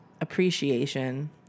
appreciation